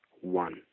one